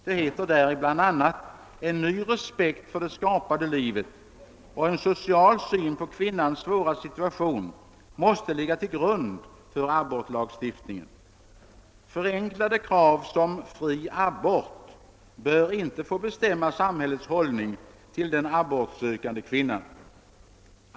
Det heter däri bl.a.: »En ny respekt för det skapade livet och en social syn på kvinnans svåra situation måste ligga till grund för abortlagstiftningen. Förenklade krav som ”fri abort” bör inte få bestämma samhällets hållning till den abortsökande kvinnan.